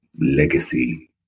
legacy